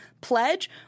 pledge